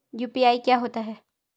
UPI क्या होता है?